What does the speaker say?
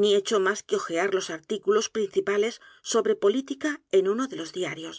ni hecho más que ojear los artículos principales sobre política en uno de los diarios